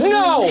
no